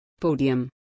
Podium